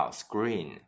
screen